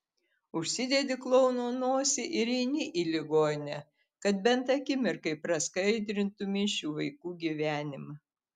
užsidedi klouno nosį ir eini į ligoninę kad bent akimirkai praskaidrintumei šių vaikų gyvenimą